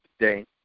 today